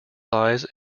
lies